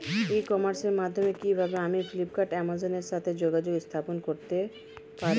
ই কমার্সের মাধ্যমে কিভাবে আমি ফ্লিপকার্ট অ্যামাজন এর সাথে যোগাযোগ স্থাপন করতে পারব?